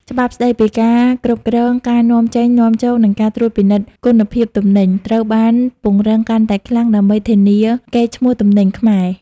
ច្បាប់ស្ដីពីការគ្រប់គ្រងការនាំចេញ-នាំចូល និងការត្រួតពិនិត្យគុណភាពទំនិញ ត្រូវបានពង្រឹងកាន់តែខ្លាំងដើម្បីធានាកេរ្តិ៍ឈ្មោះទំនិញខ្មែរ។